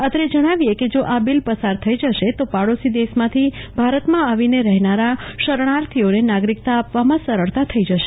અત્રે જણાવીએ કે જો આ બિલ પસાર થઈ જશે તો પાડોશી દેશમાંથી ભારતમાં આવીને રહેનારા શરણાર્થીઓને નાગરિકતા આપવામાં સરળતા થઈ જશે